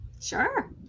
Sure